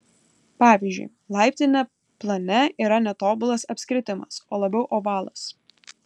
pavyzdžiui laiptinė plane yra ne tobulas apskritimas o labiau ovalas